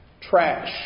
trash